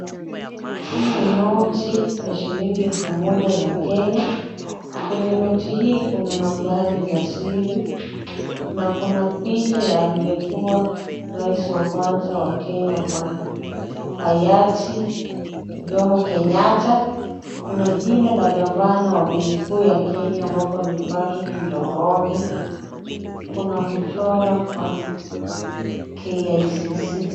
Hii ni noti ya shilingi elfu moja za Kenya, kwenye noti hii kuna nambari za siri. Na kuna picha ya aliyekuwa rais wa kwanza wa Kenya, Bwana Hayati. Jomo Kenyatta, kuna jina la gavana wa Benki Kuu ya Kenya ambapo ni Patrick Njoroge. Kuna kuchora kwa KICC.